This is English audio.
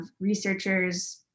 researchers